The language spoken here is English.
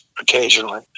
occasionally